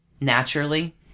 Naturally